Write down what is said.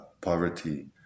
poverty